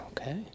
Okay